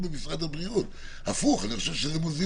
במצב שהוא בניגוד